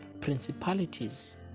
principalities